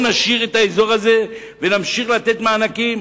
נשאיר את האזור הזה ונמשיך לתת מענקים